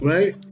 Right